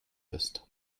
ist